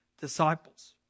disciples